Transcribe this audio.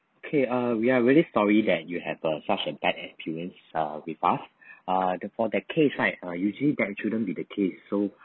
okay uh we are really sorry that you had a such a bad experience uh with us uh the for that case right uh usually that shouldn't be the case so